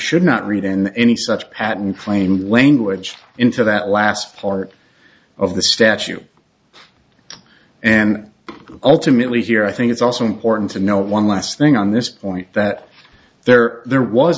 should not read in any such patent claim language into that last part of the statute and ultimately here i think it's also important to note one last thing on this point that there are there was